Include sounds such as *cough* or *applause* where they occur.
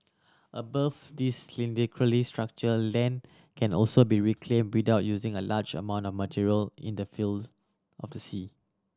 above this *unintelligible* structure land can also be reclaimed without using a large amount of material in the fills of the sea